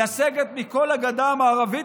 לסגת מכל הגדה המערבית,